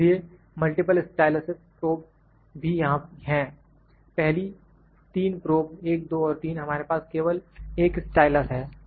इसलिए multiple stylus probe भी यहां हैं पहली 3 प्रोब 1 2 और 3 हमारे पास केवल एक स्टाइलस है